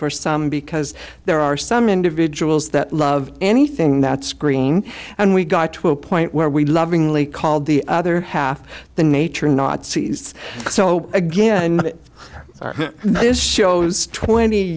for some because there are some individuals that love anything that's green and we got to a point where we lovingly called the other half the nature nazis so again this shows twenty